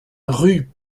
rue